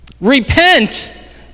repent